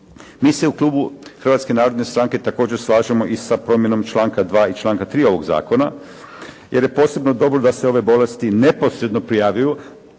Mi se u klubu Hrvatske narodne stranke također slažemo i sa promjenom članka 2. i članka 3. ovog zakona jer je posebno dobro da se ove bolesti neposredno prijavljuju